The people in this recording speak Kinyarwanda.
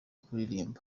kuririmba